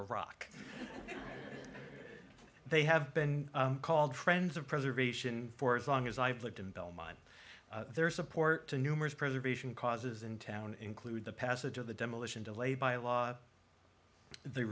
a rock they have been called friends of preservation for as long as i've lived in bell mine their support to numerous preservation causes in town include the passage of the demolition delayed by law they